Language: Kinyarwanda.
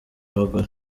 abagore